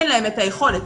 אין להם את היכולת.